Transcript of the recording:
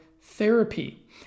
therapy